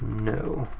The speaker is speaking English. no.